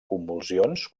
convulsions